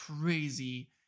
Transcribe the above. crazy